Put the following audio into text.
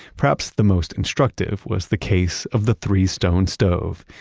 perhaps the most instructive was the case of the three stone stove.